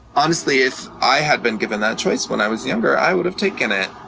honestly, if i had been given that choice when i was younger, i would have taken it.